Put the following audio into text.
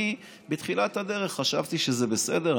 בתחילת הדרך חשבתי שזה בסדר,